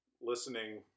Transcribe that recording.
listening